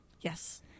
Yes